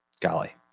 golly